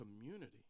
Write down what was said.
community